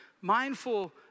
mindful